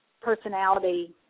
personality